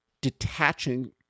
detaching